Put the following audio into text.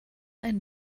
ein